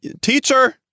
teacher